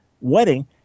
wedding